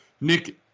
Nick